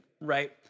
right